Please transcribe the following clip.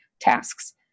tasks